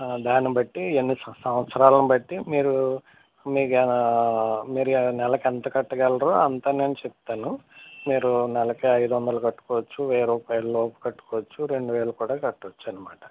దాన్ని బట్టి ఎన్ని సంవత్సరాలను బట్టి మీరు మీకు మీరు నెలకి ఎంత కట్టగలరో అంత నేను చెప్తాను మీరు నెలకి ఐదు వందలు కట్టుకోవచ్చు వెయ్యి రూపాయలు లోపు కట్టుకోవచ్చు రెండు వేలు కూడా కట్టవచ్చు అన్నమాట